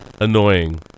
Annoying